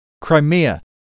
Crimea